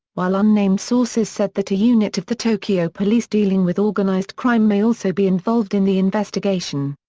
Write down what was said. while unnamed sources said that a unit of the tokyo police dealing with organised crime may also be involved in the investigation.